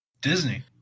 Disney